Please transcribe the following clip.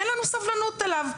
אין לנו סבלנות אליו.